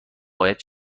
باید